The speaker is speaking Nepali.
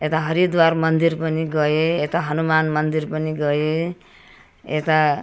यता हरिद्वार मन्दिर पनि गएँ यता हनुमान मन्दिर पनि गएँ यता